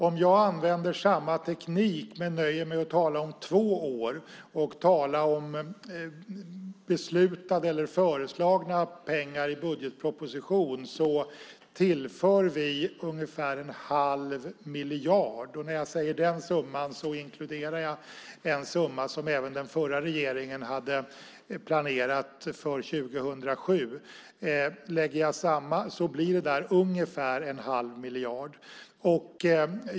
Om jag använder samma teknik men nöjer mig med att tala om två år och tala om beslutade eller föreslagna pengar i budgetpropositionen kan jag säga att vi tillför ungefär 1⁄2 miljard. I den summan inkluderar jag en summa som även den förra regeringen hade planerat för 2007. Lägger jag allt samman blir det ungefär 1⁄2 miljard.